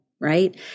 right